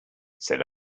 said